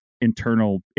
internal